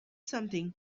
something